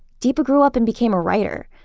deepa grew up and became a writer.